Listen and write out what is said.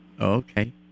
Okay